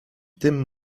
tym